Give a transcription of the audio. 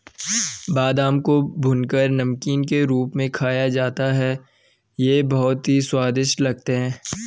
बादाम को भूनकर नमकीन के रूप में खाया जाता है ये बहुत ही स्वादिष्ट लगते हैं